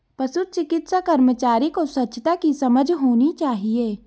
पशु चिकित्सा कर्मचारी को स्वच्छता की समझ होनी चाहिए